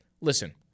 listen